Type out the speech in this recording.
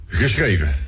geschreven